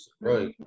Right